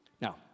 Now